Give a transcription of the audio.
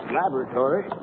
laboratory